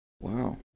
Wow